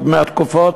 עוד מהתקופות,